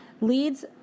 leads